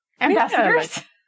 Ambassadors